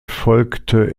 folgte